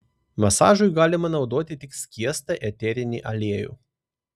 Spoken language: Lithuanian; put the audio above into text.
masažui galima naudoti tik skiestą eterinį aliejų